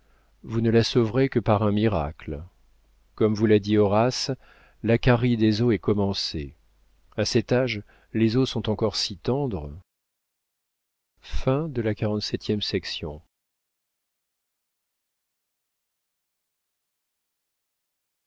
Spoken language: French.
vous ne la sauverez que par un miracle comme vous l'a dit horace la carie des os est commencée a cet âge les os sont encore si tendres